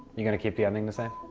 you going to keep the ending the same?